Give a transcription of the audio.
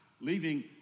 leaving